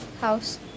house